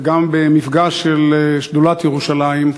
וגם במפגש של שדולת ירושלים,